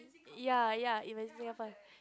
ya ya even near my